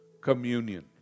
communion